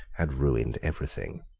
had ruined everything.